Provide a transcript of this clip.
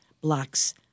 blocks